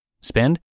Spend